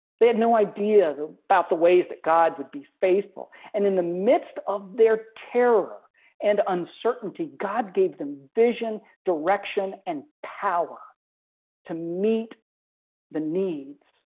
they had no idea about the ways that god would be faithful and in the midst of their terror and uncertainty. god gave them vision direction and power to meet the needs,